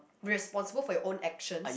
responsible for your own action